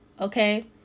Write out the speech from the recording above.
Okay